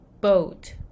boat